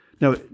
Now